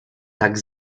tak